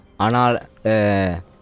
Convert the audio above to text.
Anal